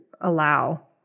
allow